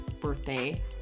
birthday